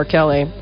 Kelly